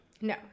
No